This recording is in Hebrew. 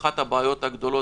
אחת הבעית הגדולות,